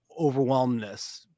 overwhelmness